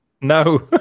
No